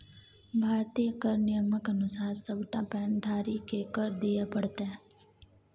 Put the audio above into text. भारतीय कर नियमक अनुसार सभटा पैन धारीकेँ कर दिअ पड़तै